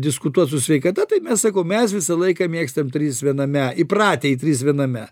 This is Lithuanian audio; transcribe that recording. diskutuot su sveikata tai mes sakau mes visą laiką mėgstam trys viename įpratę į trys viename